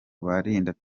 barindaga